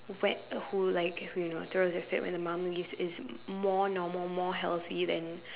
wet who like you know throw the fit when the mum leaves is more normal more healthy than